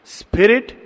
spirit